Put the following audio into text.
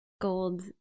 gold